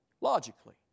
Logically